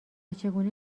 چگونه